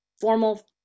formal